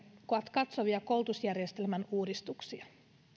katsovia koulutusjärjestelmän uudistuksia